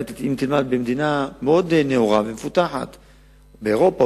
אם תלמד במדינה מאוד נאורה ומפותחת באירופה,